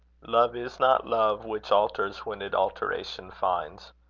love is not love which alters when it alteration finds,